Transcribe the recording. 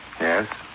Yes